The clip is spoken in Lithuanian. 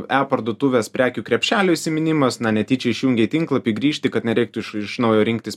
e parduotuvės prekių krepšelio įsiminimas na netyčia išjungei tinklapį grįžti kad nereiktų iš iš naujo rinktis